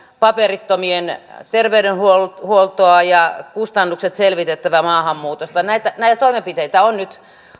paperittomien terveydenhuoltoa ja kustannusten selvittämistä maahanmuutosta näitä toimenpiteitä on nyt